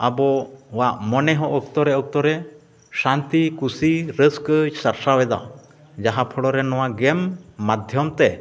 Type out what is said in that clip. ᱟᱵᱚᱣᱟᱜ ᱢᱚᱱᱮ ᱦᱚᱸ ᱚᱠᱛᱚ ᱨᱮ ᱚᱠᱛᱚ ᱨᱮ ᱥᱟᱱᱛᱤ ᱠᱩᱥᱤ ᱨᱟᱹᱥᱠᱟᱹᱭ ᱥᱟᱨᱥᱟᱣᱮᱫᱟ ᱡᱟᱦᱟᱸ ᱯᱷᱳᱲᱳ ᱨᱮ ᱱᱚᱣᱟ ᱜᱮᱢ ᱢᱟᱫᱽᱫᱷᱚᱢᱛᱮ